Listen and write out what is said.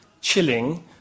chilling